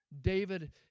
David